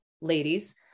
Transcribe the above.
ladies